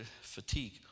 fatigue